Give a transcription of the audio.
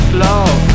love